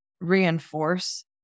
reinforce